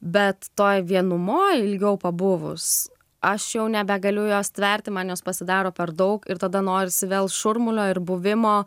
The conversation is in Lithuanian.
bet toj vienumoj ilgiau pabuvus aš jau nebegaliu jos tverti man jos pasidaro per daug ir tada norisi vėl šurmulio ir buvimo